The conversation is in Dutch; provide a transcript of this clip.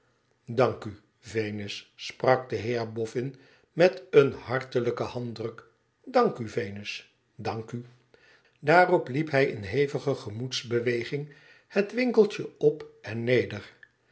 dank u venus sprak de heer boffin met een hartelijken handdruk dank u venus dank u daarop liep hij in hevige gemoedsbeweging het winkeltje op en neder